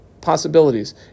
possibilities